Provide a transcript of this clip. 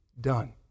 done